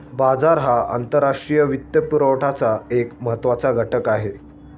बाजार हा आंतरराष्ट्रीय वित्तपुरवठ्याचा एक महत्त्वाचा घटक आहे